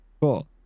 Cool